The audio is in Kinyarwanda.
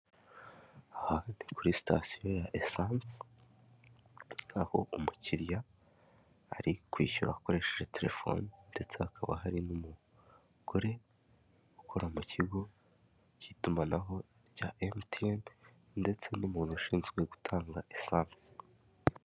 Aha ni kuri sitasiyo ya esanse aho umukiriya ari kwishyura akoresheje terefone, ndetse hakaba hari n'umugore ukora mu kigo cy'itumanaho cya emutiyene ndetse n'umuntu ushinzwe gutanga esanse.